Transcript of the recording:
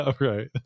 Right